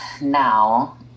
now